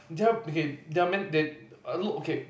they are okay they are meant they look okay